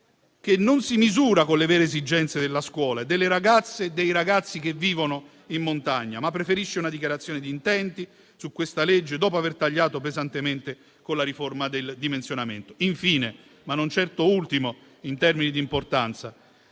che non si misura con le vere esigenze della scuola e delle ragazze e dei ragazzi che vivono in montagna, ma preferisce una dichiarazione di intenti su questa legge, dopo aver tagliato pesantemente con la riforma del dimensionamento. Infine, ma non certo ultimo in termini di importanza,